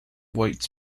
white